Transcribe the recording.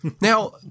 Now